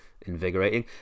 invigorating